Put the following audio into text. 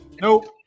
Nope